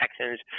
Texans